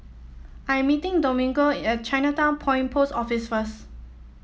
I'm meeting Domingo at Chinatown Point Post Office first